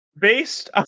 Based